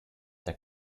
der